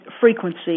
frequency